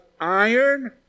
iron